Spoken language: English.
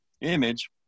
image